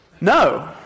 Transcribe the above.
No